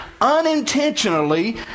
unintentionally